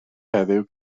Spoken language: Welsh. heddiw